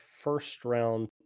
first-round